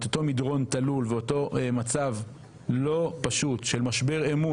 את אותו מדרון תלול ואותו מצב לא פשוט של משבר אמון